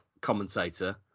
commentator